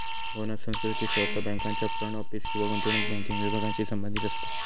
bonus संस्कृती सहसा बँकांच्या फ्रंट ऑफिस किंवा गुंतवणूक बँकिंग विभागांशी संबंधित असता